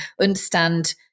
understand